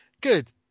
Good